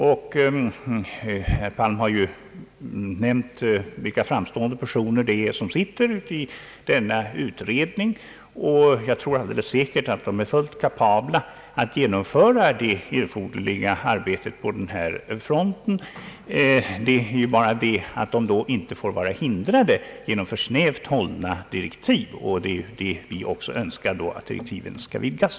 Herr Palm har nämnt vilka framstående personer som sitter i denna utredning, och jag tror alldeles säkert att de är fullt kapabla att genomföra det erforderliga arbetet på denna front. De får bara inte vara hindrade av för snävt hållna direktiv, och vi önskar därför att direktiven vidgas.